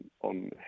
on